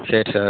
சரி சார்